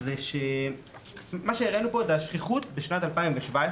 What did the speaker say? זה את השכיחות בשנת 2017,